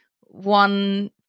one